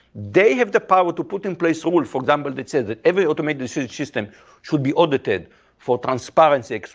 they have the power to put in place all, for example that says that every automated decision system should be audited for transparency,